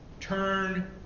Turn